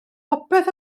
popeth